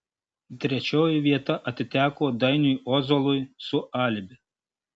trečioji vieta atiteko dainiui ozolui su alibi